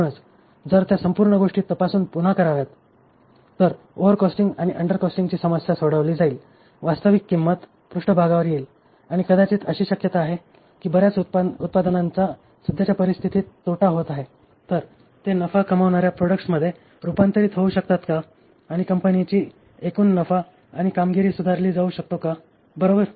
म्हणूनच जर त्या संपूर्ण गोष्टी तपासून पुन्हा कराव्यात तर ओवर कॉस्टिंग आणि अंडर कॉस्टिंगची समस्या सोडविली जाईल वास्तविक किंमत पृष्ठभागावर येईल आणि कदाचित अशी शक्यता आहे की बर्याच उत्पादनांचा सध्याच्या परिस्थितीत तोटा होत आहे तर ते नफा कमावणाऱ्या प्रोडक्ट्समध्ये रुपांतरित होऊ शकतात का आणि कंपनीची एकूण नफा आणि कामगिरी सुधारली जाऊ शकतो का बरोबर